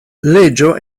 leĝo